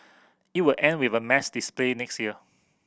it will end with a mass display next year